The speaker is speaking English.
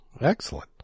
excellent